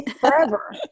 forever